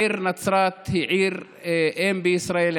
העיר נצרת היא עיר ואם בישראל,